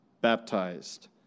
baptized